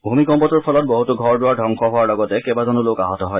ভূমিকম্পটোৰ ফলত বহুতো ঘৰ দূৱাৰ ধবংস হোৱাৰ লগতে কেইবাজনো লোক আহত হয়